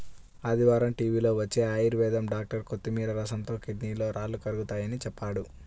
ఆదివారం టీవీలో వచ్చే ఆయుర్వేదం డాక్టర్ కొత్తిమీర రసంతో కిడ్నీలో రాళ్లు కరుగతాయని చెప్పాడు